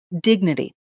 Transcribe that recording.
Dignity